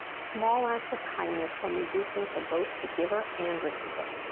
small acts of kindness are more boosting for both the giver and receiver.